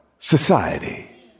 society